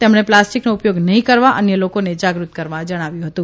તેમણે પ્લાસ્ટીકનો ઉ યોગ નહી કરવા અન્ય લોકોને જાગૃત કરવા જણાવ્યુ હતું